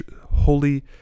Holy